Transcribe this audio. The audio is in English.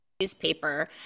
Newspaper